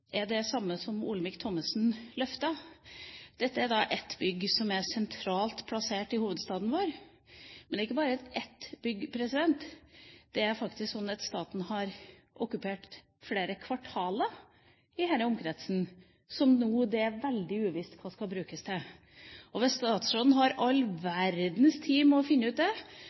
bygg som er sentralt plassert i hovedstaden vår. Men det er ikke bare et bygg – det er faktisk sånn at staten har okkupert flere kvartaler i dette området, som det nå er veldig uvisst hva skal brukes til. Hvis statstråden har all verdens tid til å finne ut det,